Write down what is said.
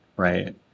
Right